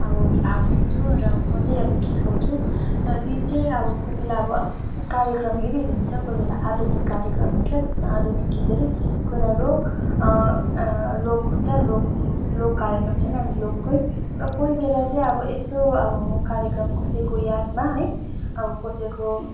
अब भाग लिन्छु र म चाहिँ अब गीत गाउँछु तर गीत चाहिँ अब कोहीबेला अब कार्यक्रम हेरी हेरी हुन्छ कोहीबेला आधुनिक कार्यक्रम हुन्छ त्यसमा आधुनक गीतहरू कोहीबेला रो लोक हुन्छ लोक लोक कार्यक्रम छैन लोकको र कोही बेला चाहिँ अब यस्तो अब कार्यक्रम कसैको यादमा है अब कसैको यादमा है अब कसैको